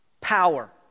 Power